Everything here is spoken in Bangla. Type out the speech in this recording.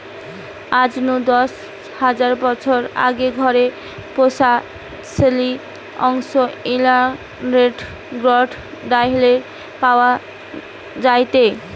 আজ নু দশ হাজার বছর আগে ঘরে পুশা ছেলির অংশ ইরানের গ্নজ দারেহে পাওয়া যায়টে